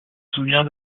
souviens